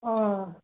अँ